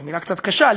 זו מילה קצת קשה,